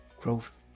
growth